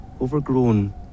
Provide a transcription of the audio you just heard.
Overgrown